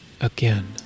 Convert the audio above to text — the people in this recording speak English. Again